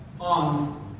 on